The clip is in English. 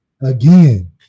Again